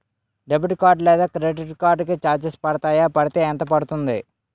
Debit card లేదా credit card కి charges పడతాయా? పడితే ఎంత పడుతుంది?